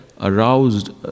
aroused